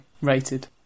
Rated